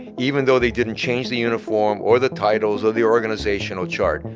even though they didn't change the uniform or the titles or the organizational chart,